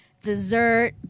Dessert